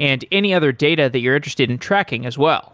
and any other data that you're interested in tracking as well.